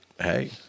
Hey